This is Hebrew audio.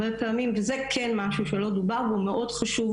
זה כן משהו שהוא לא דובר והוא מאוד חשוב